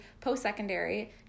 post-secondary